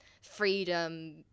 freedom